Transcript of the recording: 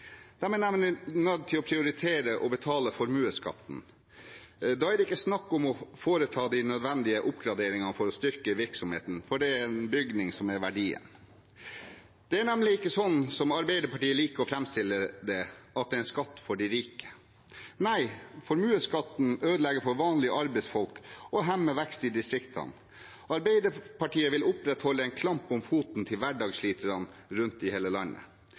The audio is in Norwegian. er nemlig nødt til å prioritere å betale formuesskatten. Da er det ikke snakk om å foreta de nødvendige oppgraderingene for å styrke virksomheten, for det er bygningen som er verdien. Det er nemlig ikke sånn som Arbeiderpartiet liker å framstille det, at det er en skatt for de rike. Nei, formuesskatten ødelegger for vanlige arbeidsfolk og hemmer vekst i distriktene. Arbeiderpartiet vil opprettholde en klamp om foten til hverdagssliterne rundt i hele landet.